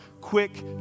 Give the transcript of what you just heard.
quick